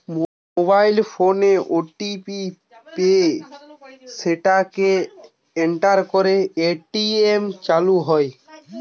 mobile ফোনে OTP পেয়ে সেটাকে এন্টার করে এ.টি.এম চালু হয়